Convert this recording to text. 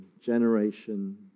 generation